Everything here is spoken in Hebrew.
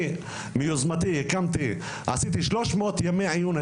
אני מיוזמתי עשיתי 300 ימי עיון,